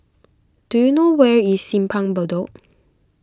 do you know where is Simpang Bedok